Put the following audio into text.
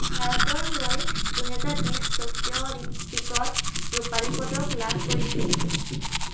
ভাৰতৰ হৈ দুহেজাৰ বিছ টকিঅ' অলিম্পিকত ৰূপালী পদক লাভ কৰিছিল